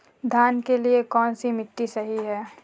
धान के लिए कौन सी मिट्टी सही है?